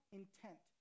intent